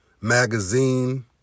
magazine